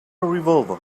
revolver